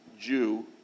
Jew